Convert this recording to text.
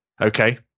Okay